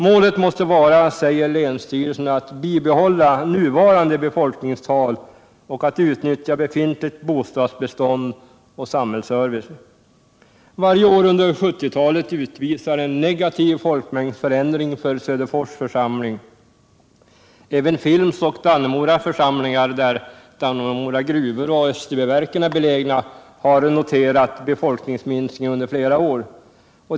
Målet måste vara, säger länsstyrelsen, att bibehålla nuvarande befolkningstal och att utnyttja befintligt bostadsbestånd och samhällsservice. Varje år under 1970-talet utvisar en negativ folkmängdsförändring för Söderfors församling. Även Films och Dannemora församlingar, där Dannemora gruvor och Österbyverken är belägna, har noterat befolkningsminskning under flera år.